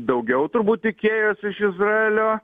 daugiau turbūt tikėjos iš izraelio